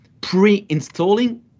pre-installing